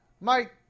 Mike